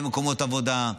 במקומות עבודה.